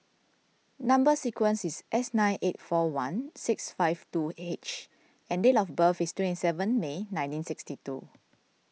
Number Sequence is S nine eight four one six five two H and date of birth is twenty seven May nineteen sixty two